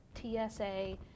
TSA